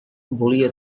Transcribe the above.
volia